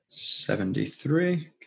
Seventy-three